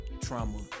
trauma